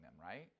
right